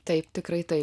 taip tikrai tai